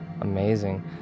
amazing